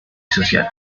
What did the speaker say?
social